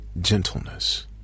gentleness